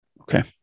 Okay